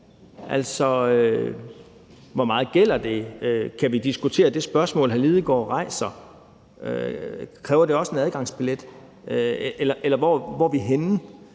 Altså, i hvor høj grad gælder det? Kan vi diskutere det spørgsmål, hr. Martin Lidegaard rejser? Kræver det også en adgangsbillet, eller hvor er vi henne?